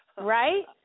Right